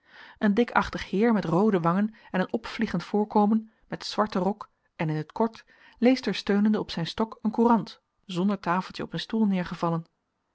een dikachtig heer met roode wangen en een opvliegend voorkomen met zwarten rok en in t kort leest er steunende op zijn stok een courant zonder tafeltje op een stoel